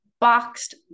boxed